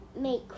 make